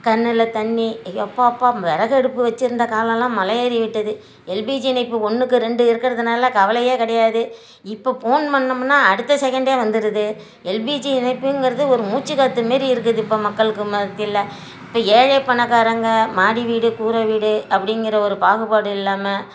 கண்ணில் தண்ணி எப்பப்பா விறகு அடுப்பு வச்சிருந்த காலம்லாம் மலை ஏறிவிட்டது எல்பிஜி இணைப்பு ஒன்றுக்கு ரெண்டு இருக்கிறதுனால கவலையே கிடையாது இப்போ ஃபோன் பண்ணுனம்னால் அடுத்த செகண்டே வந்துருது எல்பிஜி இணைப்புங்கிறது ஒரு மூச்சு காற்று மாதிரி இருக்குது இப்போ மக்களுக்கு மத்தியில் இப்போ ஏழை பணக்காரவங்க மாடி வீடு கூரை வீடு அப்படிங்கிற ஒரு பாகுபாடு இல்லாமல்